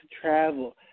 travel